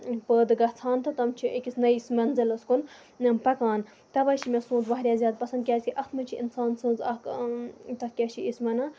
پٲدٕ گژھان تہٕ تٕم چھِ أکِس نٔیِس مٔنزِلَس کُن پَکان تَوے چھِ مےٚ سونت واریاہ زیادٕ پَسند کیازِ کہِ اَتھ منٛز چھ اِنسان سٕنز اکھ تَتھ کیاہ چھِ أسۍ وَنان